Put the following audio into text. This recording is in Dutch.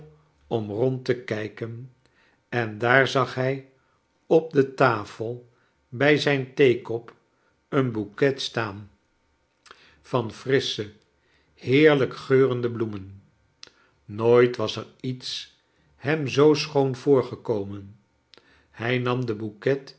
om rond te kijken en daar zag hij op de tafel bij zijn theekop een bouquet staan van frissche heerlijk geurende bloe men nooit was er iets hem zoo schoon voorgekomen hij nam de